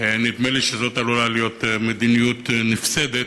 נדמה לי שזאת עלולה להיות מדיניות נפסדת